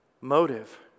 Motive